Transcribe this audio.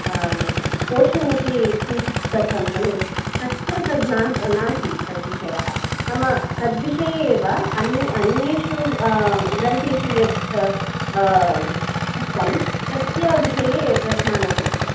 portion इति किञ्चित् दत्तं खलु तत्र तद्न नासीत् तद्विषयः नाम तद्विषये एव अन्य अन्येषु ग्रन्थेषु यत् उक्तं तस्य विषये प्रश्नान् अपृच्छत्